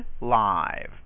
live